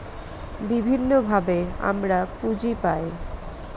বিভিন্নভাবে আমরা পুঁজি পায়